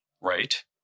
right